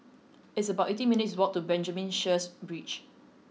it's about eighteen minutes' walk to Benjamin Sheares Bridge